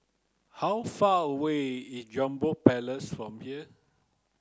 how far away is Jambol Palace from here